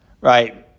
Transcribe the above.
right